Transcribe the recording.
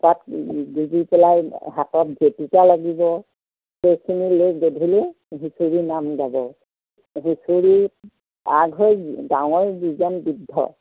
খোপাত গুজি পেলাই হাতত জেতুকা লাগিব সেইখিনি লৈ গধূলি হুঁচৰি নাম গাব হুঁচৰি আগ হয় গাঁৱৰ যিজন বৃদ্ধ